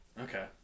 Okay